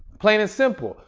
plain and simple.